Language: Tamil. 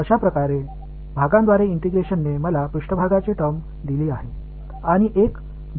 எனவே மிகவும் சிக்கலான பங்க்ஷன் என்று கருதினால் உதவ முடியும் இந்த டிரைவேடிவையும் நான் எடுக்க விரும்பவில்லை